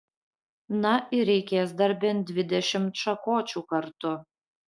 na ir reikės dar bent dvidešimt šakočių kartu